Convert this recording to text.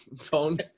phone